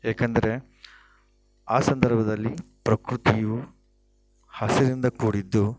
ಏಕೆಂದರೆ ಆ ಸಂದರ್ಭದಲ್ಲಿ ಪ್ರಕೃತಿಯು ಹಸಿರಿನಿಂದ ಕೂಡಿದ್ದು